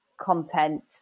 content